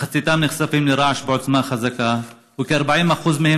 מחציתם נחשפים לרעש בעוצמה חזקה וכ-40% מהם